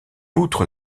outre